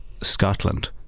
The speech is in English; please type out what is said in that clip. Scotland